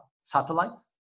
satellites